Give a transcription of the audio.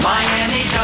Miami